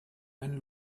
einen